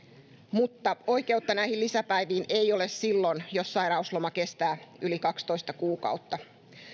mutta oikeutta näihin lisäpäiviin ei ole silloin jos sairausloma kestää yli kaksitoista kuukautta